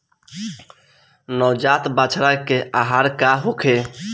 नवजात बछड़ा के आहार का होखे?